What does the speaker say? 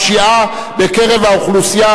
יהיו משוללים זכות יסוד של לקיים חיי משפחה כראוי.